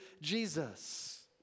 Jesus